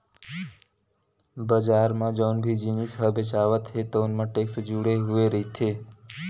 बजार म जउन भी जिनिस ह बेचावत हे तउन म टेक्स जुड़े हुए रहिथे